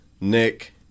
Nick